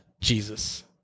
Jesus